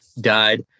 died